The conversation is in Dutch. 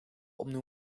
opnieuw